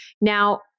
Now